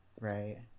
Right